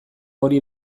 hori